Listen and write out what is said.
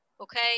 okay